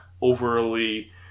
overly